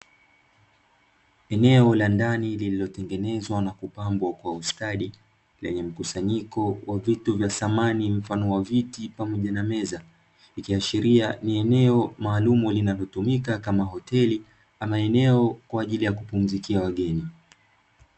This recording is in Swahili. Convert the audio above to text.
Eneo la ndani lilitengenezwa na kupambwa kwa ustadi lenye mkusanyiko wa vitu vya samani mfano wa viti pamoja na meza, ikiashiria ni eneo maalumu linalo tumika kama hoteli ama eneo kwajili ya kupumzikia wageni.